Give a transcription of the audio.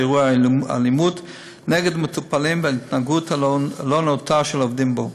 אירועי האלימות נגד מטופלים וההתנהגות הלא-נאותה של העובדים בו.